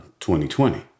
2020